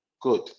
Good